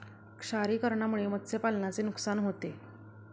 क्षारीकरणामुळे मत्स्यपालनाचे नुकसान होते